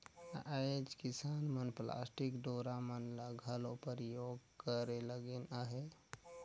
आएज किसान मन पलास्टिक डोरा मन ल घलो परियोग करे लगिन अहे